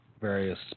various